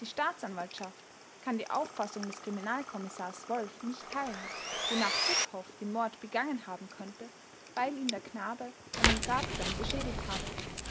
die staatsanwaltschaft kann die auffassung des kriminalkommissars wolff nicht teilen wonach buschhoff den mord begangen haben könnte weil ihm der knabe einen grabstein beschädigt habe